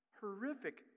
horrific